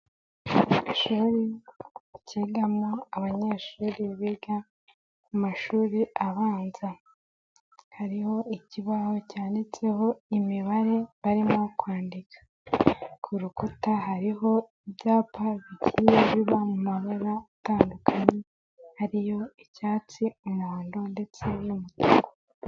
Ishuri ryigamo abanyeshuri biga ku mashuri abanza hariho ikibaho cyanditseho imibare barimo kwandika, ku rukuta hariho ibyapa bigiye biba mu mabara atandukanye ari yo icyatsi, umuhondo ndetse n'umutuku.